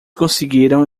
conseguiram